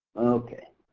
okay.